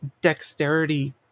dexterity